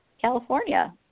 California